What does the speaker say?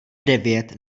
devět